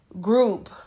group